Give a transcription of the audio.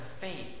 faith